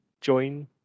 join